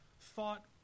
thought